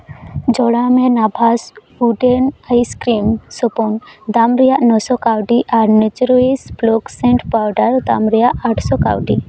ᱡᱚᱲᱟᱣ ᱢᱮ ᱱᱟᱵᱷᱟᱥ ᱩᱰᱮᱱ ᱟᱭᱤᱥ ᱠᱨᱤᱢ ᱥᱳᱯᱳᱱ ᱫᱟᱢ ᱨᱮᱭᱟᱜ ᱱᱚᱚ ᱠᱟᱹᱣᱰᱤ ᱟᱨ ᱯᱷᱞᱚᱠᱥ ᱥᱮᱱᱰ ᱯᱟᱣᱰᱟᱨ ᱫᱟᱢ ᱨᱮᱭᱟᱜ ᱟᱴᱥᱚ ᱠᱟᱹᱣᱰᱤ